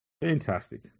Fantastic